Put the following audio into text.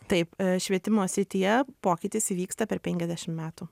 taip švietimo srityje pokytis įvyksta per penkiasdešim metų